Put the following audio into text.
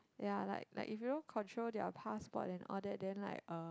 ya like like if you don't control their passport and all that then like uh